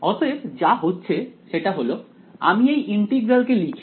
অতএব যা হচ্ছে সেটা হল আমি এই ইন্টিগ্রাল কে লিখি